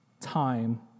time